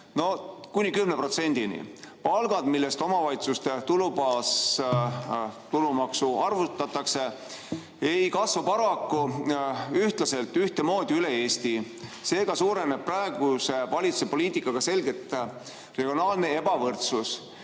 kuni 10%-ni. Palgad, millest omavalitsuste tulubaasi tulumaksu arvutatakse, ei kasva paraku ühtlaselt üle Eesti. Seega suureneb praeguse valitsuse poliitikaga selgelt regionaalne ebavõrdsus.